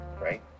right